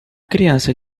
criança